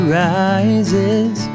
rises